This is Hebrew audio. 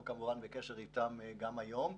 אנחנו כמובן בקשר איתן גם היום.